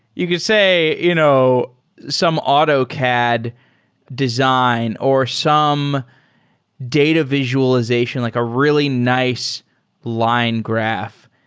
you can say you know some autocad design or some data visualization, like a really nice line graph.